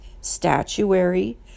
statuary